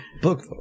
book